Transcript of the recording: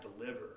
deliver